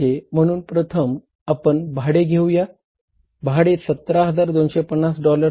म्हणून प्रथम आपण भाडे घेऊया भाडे 17250 डॉलर्स आहे